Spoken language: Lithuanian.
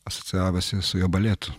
asociavosi su jo baletu